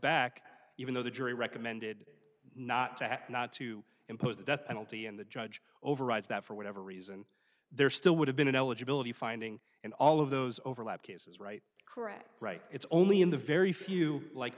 back even though the jury recommended not to act not to impose the death penalty and the judge overrides that for whatever reason there still would have been an eligibility finding and all of those overlap cases right correct right it's only in the very few like